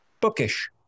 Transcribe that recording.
Bookish